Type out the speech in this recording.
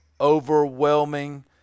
overwhelming